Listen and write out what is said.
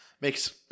Makes